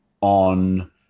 on